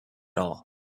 all